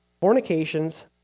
fornications